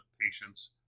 patients